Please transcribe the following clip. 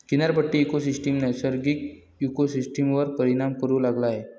किनारपट्टी इकोसिस्टम नैसर्गिक इकोसिस्टमवर परिणाम करू लागला आहे